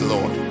Lord